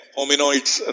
Hominoids